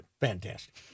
fantastic